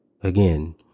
Again